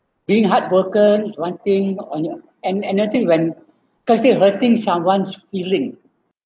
being heartbroken wanting on and and I think when cause still hurting someone's feeling